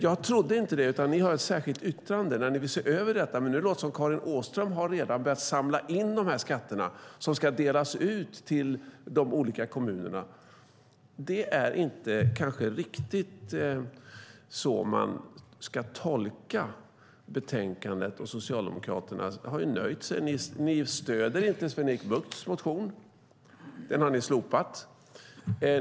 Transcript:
Jag trodde inte det eftersom ni har ett särskilt yttrande där ni vill se över detta. Men nu låter det som att Karin Åström redan har börjat samla in dessa skatter som ska delas ut till de olika kommunerna. Det kanske inte är riktigt så man ska tolka betänkandet. Socialdemokraterna har nöjt sig med detta. Ni stöder inte Sven-Erik Buchts motion; den har ni slopat.